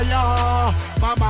Mama